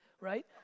right